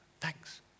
thanks